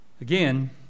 Again